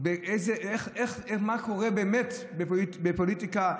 מה קורה באמת בפוליטיקה,